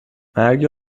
مرگ